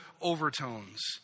overtones